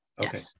Okay